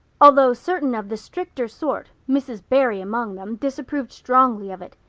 although certain of the stricter sort, mrs. barry among them, disapproved strongly of it.